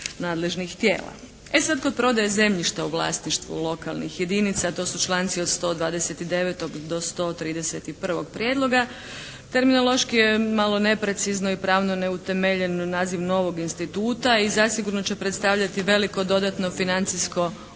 E sad, kod prodaje zemljišta u vlasništvu lokalnih jedinica a to su članci od 129. do 131. prijedloga terminološki je malo neprecizno i pravno neutemeljen naziv novog instituta i zasigurno će predstavljati veliko dodatno financijsko opterećenje